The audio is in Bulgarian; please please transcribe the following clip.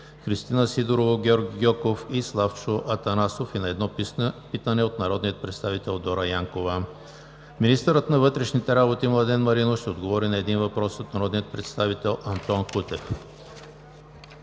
Кристина Сидорова, Георги Гьоков и Славчо Атанасов; и на едно питане от народния представител Дора Янкова. 8. Министърът на вътрешните работи Младен Маринов ще отговори на един въпрос от народния представител Антон Кутев.